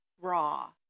raw